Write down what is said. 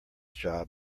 job